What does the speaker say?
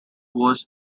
was